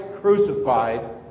crucified